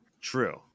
True